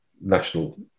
national